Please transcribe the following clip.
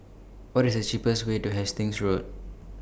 What IS The cheapest Way to Hastings Road